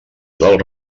del